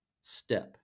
step